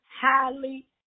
highly